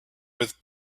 with